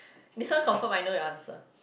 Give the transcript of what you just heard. this one confirm I know your answer